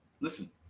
Listen